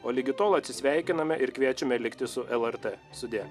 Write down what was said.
o ligi tol atsisveikiname ir kviečiame likti su lrt sudie